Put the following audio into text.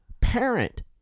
parent